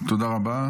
תודה רבה.